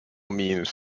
means